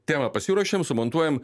temą pasiruošiam sumontuojam